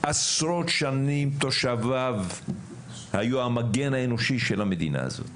עשרות שנים תושביו היו המגן האנושי של המדינה הזאת,